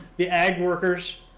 the ag workers,